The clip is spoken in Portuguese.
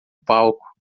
palco